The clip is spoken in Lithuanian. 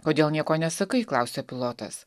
kodėl nieko nesakai klausia pilotas